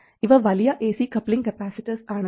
ഇവ വലിയ AC coupling capacitors ആണ്